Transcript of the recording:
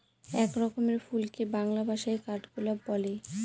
এক রকমের ফুলকে বাংলা ভাষায় কাঠগোলাপ বলে